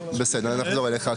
בסדר, אז נחזור אליך.